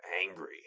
Angry